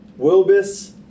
Wilbus